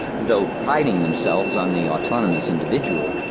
though priding themselves on the autonomous individual,